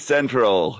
Central